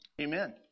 Amen